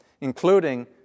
including